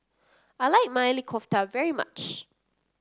I like Maili Kofta very much